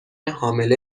حامله